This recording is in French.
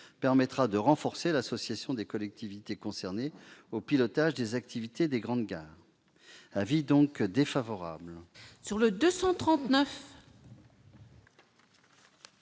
a entendu renforcer l'association des collectivités concernées au pilotage des activités des grandes gares. L'avis est donc défavorable.